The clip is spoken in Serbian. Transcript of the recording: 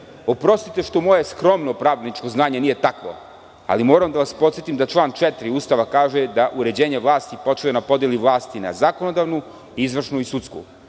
Oprostite što moje skromno pravničko znanje nije takvo, ali moram da vas podsetim da član 4. Ustava kaže da uređenje vlasti počiva na podeli vlasti na zakonodavnu, izvršnu i sudsku.